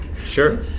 Sure